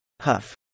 Huff